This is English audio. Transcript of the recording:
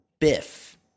Biff